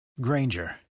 Granger